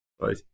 Right